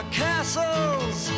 castles